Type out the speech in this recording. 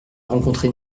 rencontré